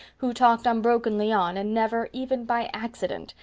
who talked unbrokenly on, and never, even by accident,